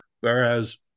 Whereas